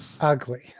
ugly